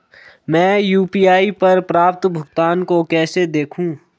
मैं यू.पी.आई पर प्राप्त भुगतान को कैसे देखूं?